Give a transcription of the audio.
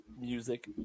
music